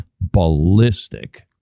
ballistic